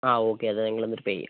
ആ ഓക്കെ അത് ഞങ്ങൾ എന്നിട്ട് പേ ചെയ്യാം